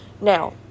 Now